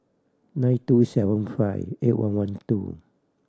nine two seven five eight one one two